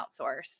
outsource